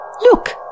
Look